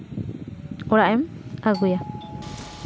ᱚᱲᱟᱜ ᱮᱢ ᱟᱹᱜᱩᱭᱟ